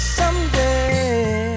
someday